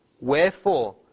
Wherefore